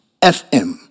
FM